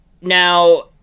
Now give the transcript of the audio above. now